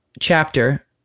chapter